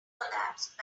collapsed